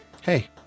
Hey